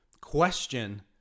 question